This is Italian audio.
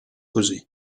così